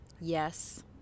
Yes